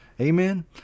Amen